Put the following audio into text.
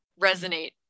resonate